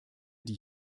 die